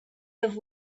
have